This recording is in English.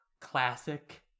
Classic